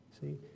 See